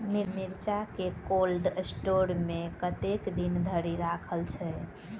मिर्चा केँ cold store मे कतेक दिन धरि राखल छैय?